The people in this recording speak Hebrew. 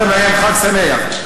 אומר להם חג שמח.